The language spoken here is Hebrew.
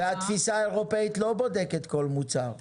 והתפיסה האירופאית לא בודקת כל מוצר.